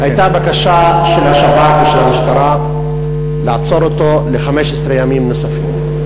הייתה בקשה של השב"כ או של המשטרה לעצור אותו ל-15 ימים נוספים.